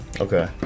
Okay